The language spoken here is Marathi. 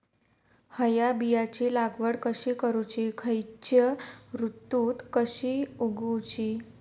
हया बियाची लागवड कशी करूची खैयच्य ऋतुत कशी उगउची?